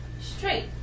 straight